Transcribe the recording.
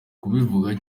kubivuga